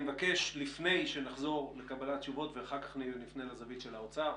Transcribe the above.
לפני שנחזור לקבלת תשובות ואחר כך נפנה לזווית של האוצר